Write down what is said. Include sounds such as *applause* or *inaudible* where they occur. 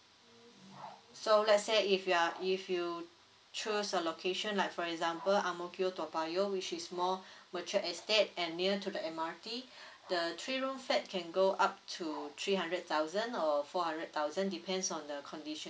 so let's say if you are if you choose a location like for example ang mo kio toa payoh which is more *breath* matured estate and near to the M_R_T *breath* the three room flat can go up to three hundred thousand or four hundred thousand depends on the condition